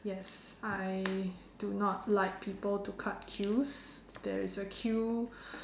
yes I do not like people to cut queues there is a queue